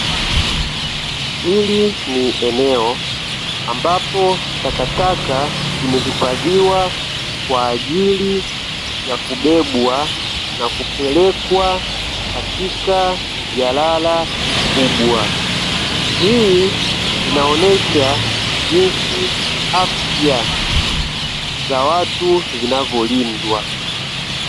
Hili ni eneo ambapo takataka zimehifadhiwa kwa ajili ya kubebwa na kupelekwa katika jalala kubwa. Hii inaonyesha jinsi afya za watu zinavyolindwa.